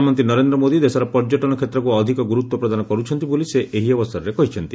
ପ୍ରଧାନମନ୍ତୀ ନରେନ୍ଦ୍ର ମୋଦି ଦେଶର ପର୍ଯ୍ୟଟନ କ୍ଷେତ୍ରକୁ ଅଧିକ ଗୁରୁତ୍ୱ ପ୍ରଦାନ କରୁଛନ୍ତି ବୋଲି ସେ ଏହି ଅବସରରେ କହିଛନ୍ତି